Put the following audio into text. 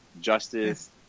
justice